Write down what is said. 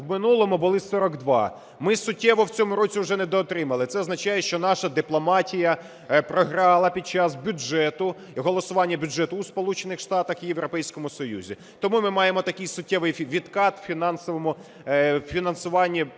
в минулому були 42. Ми суттєво в цьому році вже недоотримали. Це означає, що наша дипломатія програла під час бюджету, голосування бюджету у Сполучених Штатах і Європейському Союзі. Тому ми маємо такий суттєвий відкат у прямому фінансуванні